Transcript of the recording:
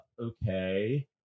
okay